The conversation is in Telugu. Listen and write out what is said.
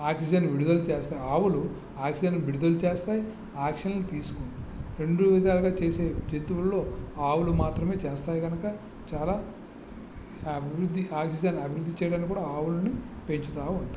ఆక్సిజన్ విడుదల చేస్తాయి ఆవులు ఆక్సిజన్ విడుదల చేస్తాయి ఆక్సిజన్ తీసుకుంటాయి రెండు విధాలుగా చేసే జంతువుల్లో ఆవులు మాత్రమే చేస్తాయి కనుక చాలా అభివృద్ధి ఆక్సిజన్ అభివృద్ధి చేయడానికి కూడా ఆవుల్ని పెంచుతూ ఉంటాము